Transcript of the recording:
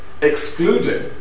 excluding